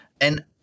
And-